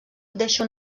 deixa